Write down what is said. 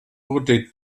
wurde